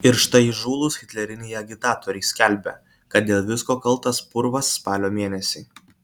ir štai įžūlūs hitleriniai agitatoriai skelbia kad dėl visko kaltas purvas spalio mėnesį